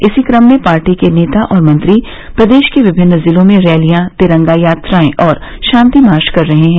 इसी कम में पार्टी के नेता और मंत्री प्रदेश के विभिन्न ज़िलों में रैलियां तिरंगा यात्राएं और शांति मार्च कर रहे हैं